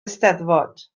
eisteddfod